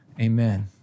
amen